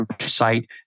site